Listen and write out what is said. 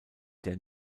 der